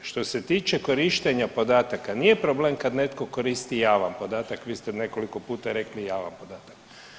Što se tiče korištenja podataka nije problem kad netko koristi javan podatak, vi ste nekoliko puta rekli javan podatak.